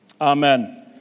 Amen